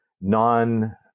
non-